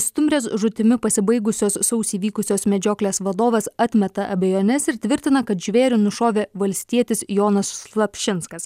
stumbrės žūtimi pasibaigusios sausį vykusios medžioklės vadovas atmeta abejones ir tvirtina kad žvėrį nušovė valstietis jonas slapšinskas